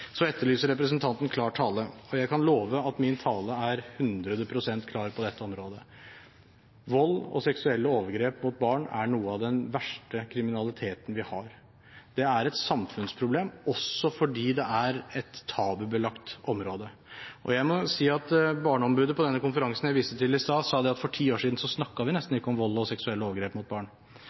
klar tale, og jeg kan love at min tale er 100 pst. klar på dette området. Vold og seksuelle overgrep mot barn er noe av den verste kriminaliteten vi har. Det er et samfunnsproblem, også fordi det er et tabubelagt område. Barneombudet sa på den konferansen jeg viste til i sted, at man for ti år siden nesten ikke snakket om vold og seksuelle overgrep mot barn.